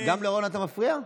גם לרון אתה מפריע?